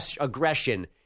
aggression